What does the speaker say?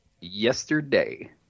Yesterday